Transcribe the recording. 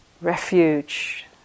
refuge